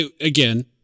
again